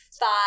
Five